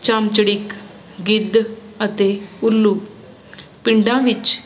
ਚਮਚੜਿੱਕ ਗਿੱਦ ਅਤੇ ਉੱਲੂ ਪਿੰਡਾਂ ਵਿੱਚ